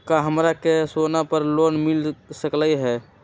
का हमरा के सोना पर लोन मिल सकलई ह?